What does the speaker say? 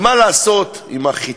כי מה לעשות עם החתים,